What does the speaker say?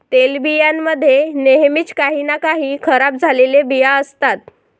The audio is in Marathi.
तेलबियां मध्ये नेहमीच काही ना काही खराब झालेले बिया असतात